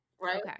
Right